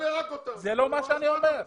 זה לא מה שאני אומר.